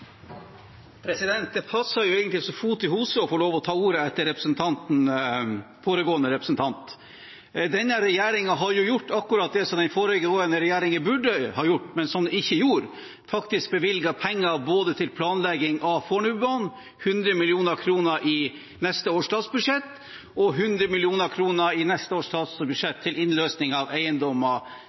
Det passer egentlig som fot i hose å få lov til å ta ordet etter foregående representant. Denne regjeringen har gjort akkurat det som den foregående regjeringen burde ha gjort, men som den ikke gjorde – den bevilget faktisk penger både til planlegging av Fornebubanen, 100 mill. kr i neste års statsbudsjett og 100 mill. kr til innløsning av eiendommer i E18-traseen. Arbeiderpartiet skal ikke være bekymret – innløsning av